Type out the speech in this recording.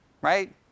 right